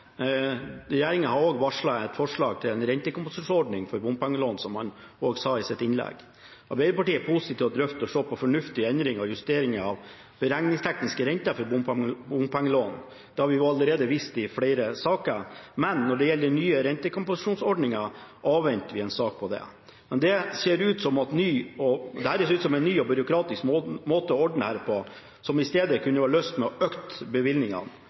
har også varslet et forslag til en rentekompensasjonsordning for bompengelån, som han også sa i sitt innlegg. Arbeiderpartiet er positiv til å drøfte og se på fornuftige endringer og justeringer av beregningstekniske renter for bompengelån. Det har vi allerede vist i flere saker. Men når det gjelder den nye rentekompensasjonsordningen, avventer vi en sak om det. Dette ser ut som en ny og byråkratisk måte å ordne dette på, som man i stedet kunne ha løst ved å øke bevilgningene.